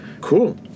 cool